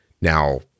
Now